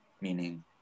meaning